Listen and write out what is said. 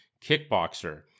kickboxer